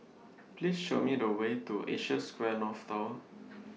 Please Show Me The Way to Asia Square North Tower